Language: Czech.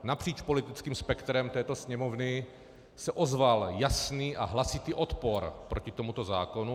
Napříč politickým spektrem této Sněmovny se ozval jasný a hlasitý odpor proti tomuto zákonu.